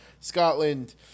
Scotland